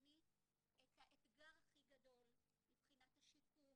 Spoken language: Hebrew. הסיכוני את האתגר הכי גדול מבחינת השיקום,